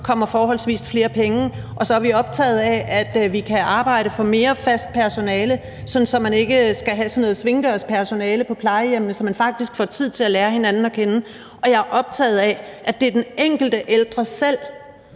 kommer forholdsvis flere penge. Og så er vi optaget af, at vi kan arbejde for mere fast personale, sådan at man ikke skal have sådan noget svingdørspersonale på plejehjemmet, og sådan at man faktisk får tid til at lære hinanden at kende. Og jeg er optaget af, at det er den enkelte ældre selv,